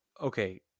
okay